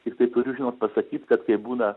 tiktai turiu žinot pasakyt kad kai būna